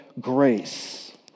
grace